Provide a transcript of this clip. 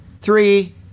three